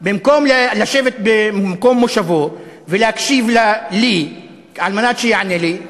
במקום לשבת במקום מושבו ולהקשיב לי על מנת שיענה לי,